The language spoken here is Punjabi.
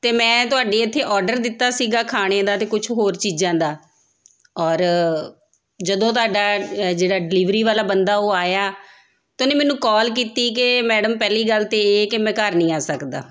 ਅਤੇ ਮੈਂ ਤੁਹਾਡੇ ਇੱਥੇ ਔਡਰ ਦਿੱਤਾ ਸੀਗਾ ਖਾਣੇ ਦਾ ਅਤੇ ਕੁਛ ਹੋਰ ਚੀਜ਼ਾਂ ਦਾ ਔਰ ਜਦੋਂ ਤੁਹਾਡਾ ਜਿਹੜਾ ਡਿਲੀਵਰੀ ਵਾਲਾ ਬੰਦਾ ਉਹ ਆਇਆ ਤਾਂ ਉਹਨੇ ਮੈਨੂੰ ਕੋਲ ਕੀਤੀ ਕਿ ਮੈਡਮ ਪਹਿਲੀ ਗੱਲ ਤਾਂ ਇਹ ਕਿ ਮੈਂ ਘਰ ਨਹੀਂ ਆ ਸਕਦਾ